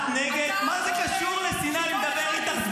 מה שאתה עושה זה שנאה, שנאה, שנאה.